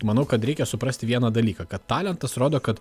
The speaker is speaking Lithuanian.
manau kad reikia suprasti vieną dalyką kad talentas rodo kad